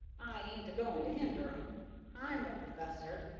i ain't a-goin' to hender em i'm a professor,